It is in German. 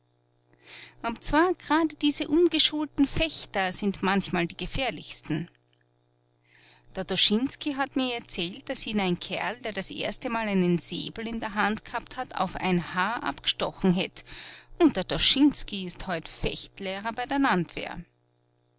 obzwar gerade diese umgeschulten fechter sind manchmal die gefährlichsten der doschintzky hat mir erzählt daß ihn ein kerl der das erstemal einen säbel in der hand gehabt hat auf ein haar abgestochen hätt und der doschintzky ist heut fechtlehrer bei der landwehr